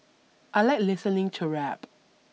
I like listening to rap